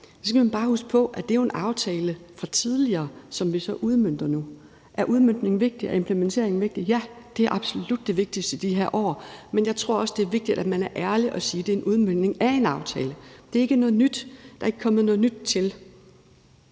skal huske på, at det jo er en aftale fra tidligere, som vi så udmønter nu. Er udmøntningen vigtig? Er implementeringen vigtig? Ja, det er absolut det vigtigste i de her år, men jeg tror også, det er vigtigt, at man er ærlig og siger, at det er en udmøntning af en aftale. Det er ikke noget nyt; der er ikke kommet noget nyt til.